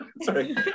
Sorry